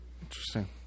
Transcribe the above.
Interesting